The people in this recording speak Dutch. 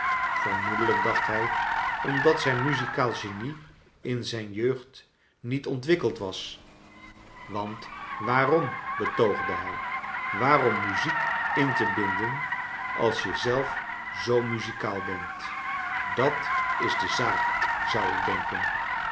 vermoedelijk dacht hij omdat zijn muzikaal genie in zijn jeugd niet ontwikkeld was want waarom betoogde hij waarom muziek in te binden als je zelf zoo muzikaal bent dat is de zaak zou ik denken